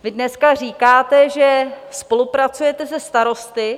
Vy dneska říkáte, že spolupracujete se starosty.